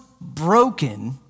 broken